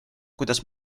kuidas